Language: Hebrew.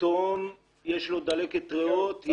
פתאום יש לו דלקת ריאות.